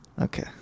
Okay